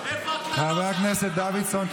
חבר הכנסת דוידסון,